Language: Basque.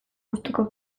gustuko